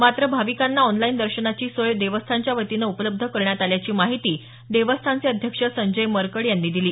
मात्र भाविकांना ऑनलाईन दर्शनाची सोय देवस्थानच्या वतीनं उपलब्ध करण्यात आल्याची माहिती देवस्थानचे अध्यक्ष संजय मरकड यांनी दिली